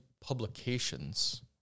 publications